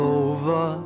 over